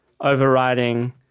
overriding